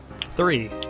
Three